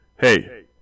hey